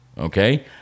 okay